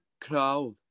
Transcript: crowd